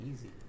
easy